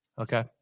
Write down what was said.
Okay